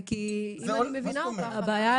הבעיה,